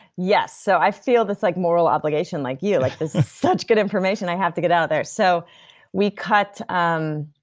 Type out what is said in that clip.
yes. so i feel this like moral obligation like yeah like this is such good information, i have to get it out there. so we cut um